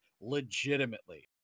Legitimately